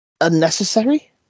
Unnecessary